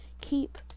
Keep